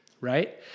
right